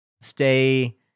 stay